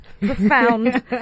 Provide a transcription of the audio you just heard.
profound